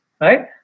right